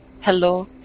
hello